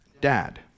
dad